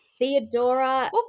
Theodora